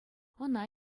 ӑна